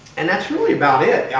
and that's really about it.